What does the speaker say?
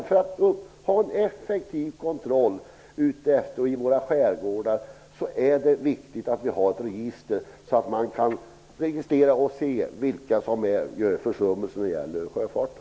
För att kontrollen i våra skärgårdar skall bli effektiv är det viktigt att vi har ett sådant register att man kan se vem som är skyldig till försummelser i sjöfarten.